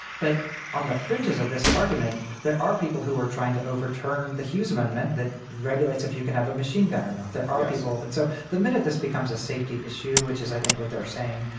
but on the fringes of this argument, there are people who are trying to overturn the hughes amendment that regulates if you can have a machine gun or not, there are people. and so the minute this becomes a safety issue, which is i think what they're saying,